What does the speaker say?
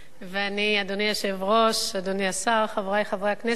אדוני היושב-ראש, אדוני השר, חברי חברי הכנסת,